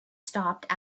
stopped